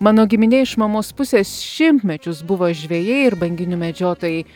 mano giminė iš mamos pusės šimtmečius buvo žvejai ir banginių medžiotojai